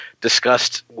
discussed